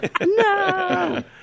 No